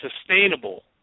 sustainable